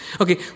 Okay